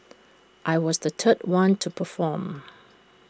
I was the third one to perform